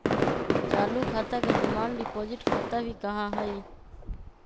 चालू खाता के डिमांड डिपाजिट खाता भी कहा हई